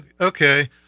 Okay